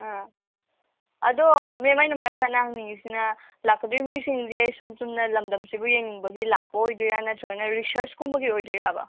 ꯑꯥ ꯑꯗꯣ ꯃꯦꯝ ꯑꯩꯅ ꯃꯔꯛ ꯊꯠꯅ ꯍꯪꯅꯤꯡꯉꯤꯁꯤꯅ ꯂꯥꯛꯀꯗꯧꯔꯤꯕ ꯃꯤꯁꯤꯡꯁꯦ ꯁꯨꯝ ꯆꯨꯝꯅ ꯂꯝꯗꯝꯁꯤꯕꯨ ꯌꯦꯡꯅꯤꯡꯕꯒꯤ ꯂꯥꯛꯄ ꯑꯣꯏꯗꯣꯏꯔ ꯅꯠꯇ꯭ꯔꯒꯅ ꯔꯤꯁꯔꯁ ꯀꯨꯝꯕꯒꯤ ꯑꯣꯏꯗꯣꯏꯔꯕ